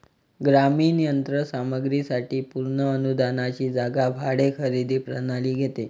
ग्रामीण यंत्र सामग्री साठी पूर्ण अनुदानाची जागा भाडे खरेदी प्रणाली घेते